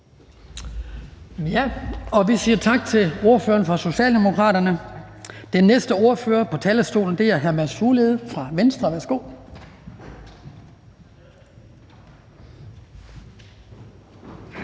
Vi siger tak til ordføreren for Socialdemokraterne. Den næste ordfører på talerstolen er hr. Mads Fuglede fra Venstre. Værsgo.